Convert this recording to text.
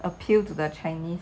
appeal to the chinese